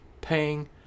paying